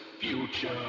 future